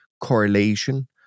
correlation